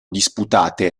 disputate